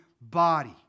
body